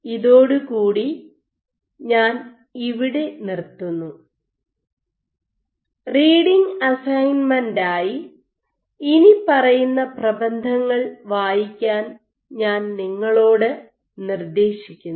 ഇതോടുകൂടി ഞാൻ ഇവിടെ നിർത്തുന്നു റീഡിംഗ് അസൈൻമെന്റായി ഇനിപ്പറയുന്ന പ്രബന്ധങ്ങൾ വായിക്കാൻ ഞാൻ നിങ്ങളോട് നിർദ്ദേശിക്കുന്നു